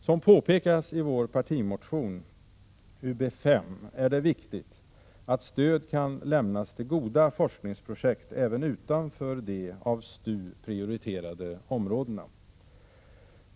Som påpekas i vår partimotion 1986/87:UbS5 är det viktigt att stöd kan lämnas till goda forskningsprojekt även utanför de av STU prioriterade områdena.